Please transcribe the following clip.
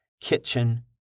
kitchen